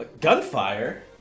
Gunfire